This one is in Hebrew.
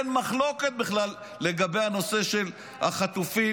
אין מחלוקת בכלל לגבי הנושא של החטופים,